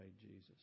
Jesus